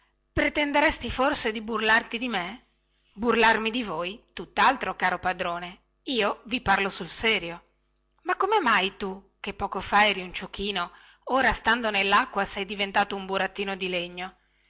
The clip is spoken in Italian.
pretenderesti forse burlarti di me burlarmi di voi tuttaltro caro padrone io vi parlo sul serio ma come mai tu che poco fa eri un ciuchino ora stando nellacqua sei diventato un burattino di legno